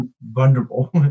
vulnerable